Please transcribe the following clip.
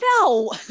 No